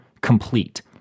complete